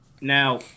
now